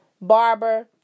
barber